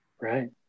Right